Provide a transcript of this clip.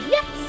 Yes